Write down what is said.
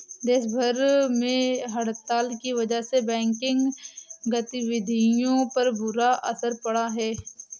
देश भर में हड़ताल की वजह से बैंकिंग गतिविधियों पर बुरा असर पड़ा है